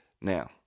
Now